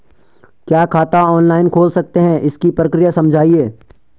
क्या खाता ऑनलाइन खोल सकते हैं इसकी प्रक्रिया समझाइए?